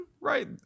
right